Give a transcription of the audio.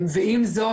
ועם זאת,